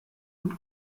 und